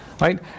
right